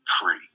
free